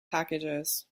packages